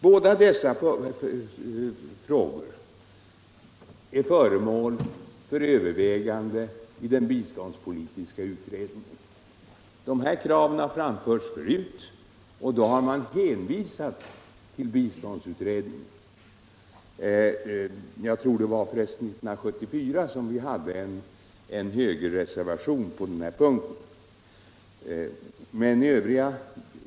Båda dessa frågor är föremål för överväganden i den biståndspolitiska utredningen. Dessa krav har framförts förut. och då har man hänvisat till biståndsutredningen. Jag tror att det var 1974 som det fanns en högerreservation på denna punkt.